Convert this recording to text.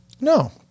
No